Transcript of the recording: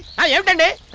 i opened it